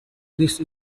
this